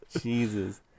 Jesus